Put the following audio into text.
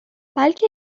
بلکه